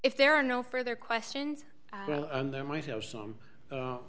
if there are no further questions